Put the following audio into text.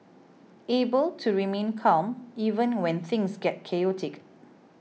able to remain calm even when things get chaotic